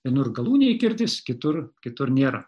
vienur galūnėje kirtis kitur kitur nėra